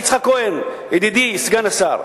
יצחק כהן, ידידי סגן השר,